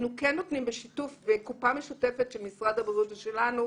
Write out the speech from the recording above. אנחנו כן נותנים בשיתוף וקופה משותפת של משרד הבריאות ושלנו,